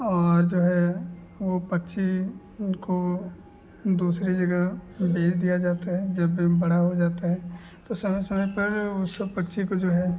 और जो है वह पक्षी उनको दूसरी जगह बेच दिया जाता है जब वह बड़े हो जाते हैं तो समय समय पर वह सब पक्षी को जो है